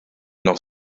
noch